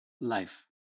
life